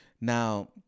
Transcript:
Now